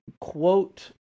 quote